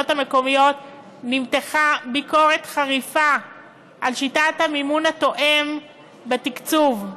המקומיות נמתחה ביקורת חריפה על שיטת המימון התואם בתקצוב.